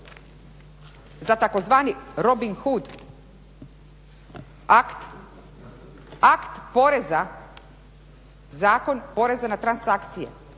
za tzv. Robin Hood akt, akt poreza, Zakon poreza na transakcije.